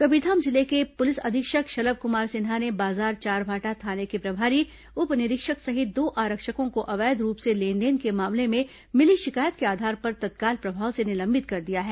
कबीरधाम जिले के पुलिस अधीक्षक शलभ कुमार सिन्हा ने बाजार चारभाठा थाना के प्रभारी उप निरीक्षक सहित दो आरक्षकों को अवैध रूप से लेनदेन के मामले में मिली शिकायत के आधार पर तत्काल प्रभाव से निलंबित कर दिया है